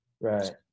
Right